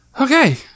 Okay